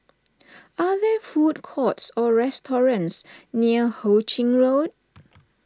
are there food courts or restaurants near Ho Ching Road